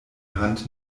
hand